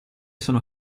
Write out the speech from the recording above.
sono